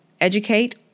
educate